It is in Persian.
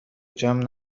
جمع